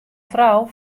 frou